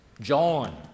John